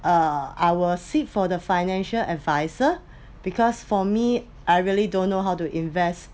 uh I’ll seek for the financial advisor because for me I really don't know how to invest